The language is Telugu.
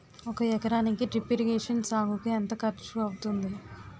ఒక ఎకరానికి డ్రిప్ ఇరిగేషన్ సాగుకు ఎంత ఖర్చు అవుతుంది?